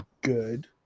good